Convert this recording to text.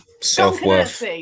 self-worth